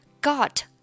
got